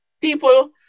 people